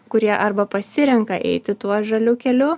kurie arba pasirenka eiti tuo žaliu keliu